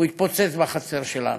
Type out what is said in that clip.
הוא יתפוצץ בחצר שלנו.